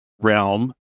realm